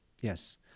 Yes